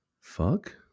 fuck